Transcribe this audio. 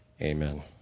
amen